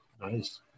Nice